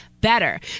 better